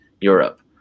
Europe